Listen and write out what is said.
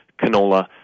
canola